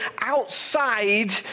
outside